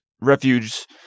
refuge